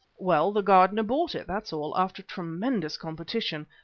well, the gardener bought it, that's all, after tremendous competition.